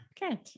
Good